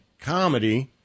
comedy